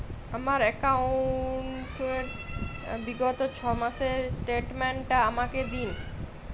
আমার অ্যাকাউন্ট র বিগত ছয় মাসের স্টেটমেন্ট টা আমাকে দিন?